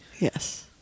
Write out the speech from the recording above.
yes